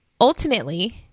ultimately